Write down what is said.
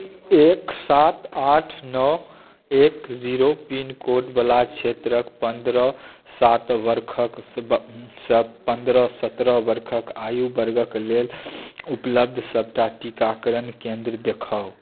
एक सात आठ नओ एक जीरो पिनकोडवला क्षेत्रके पन्द्रह सात बरखक पन्द्रह सत्रह बरखक आयु वर्गके लेल उपलब्ध सभटा टीकाकरण केन्द्र देखाउ